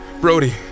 Brody